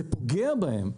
זה פוגע בהם.